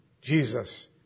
Jesus